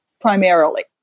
primarily